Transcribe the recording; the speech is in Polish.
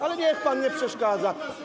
Ale niech pan nie przeszkadza.